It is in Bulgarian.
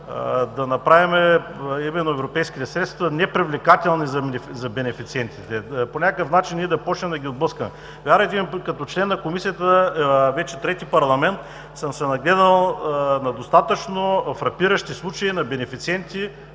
да направим именно европейските средства непривлекателни за бенефициентите, по някакъв начин да започнем да ги отблъскваме. Вярвайте ми, като член на Комисията вече трети парламент – нагледал съм се на достатъчно фрапиращи случаи на бенефициенти,